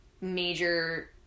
major